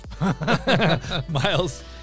Miles